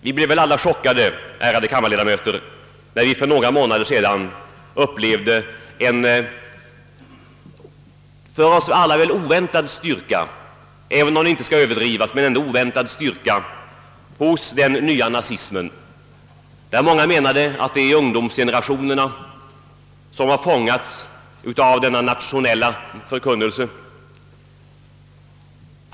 Vi blev väl alla chockerade, ärade kammarledamöter, när vi för några månader sedan upplevde en för oss alla oväntad styrka — även om den inte skall överdrivas — hos den nya nazismen. Många menade att ungdomsgenerationerna har fångats av dess nationella förkunnelse.